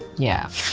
yeah.